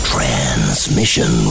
Transmission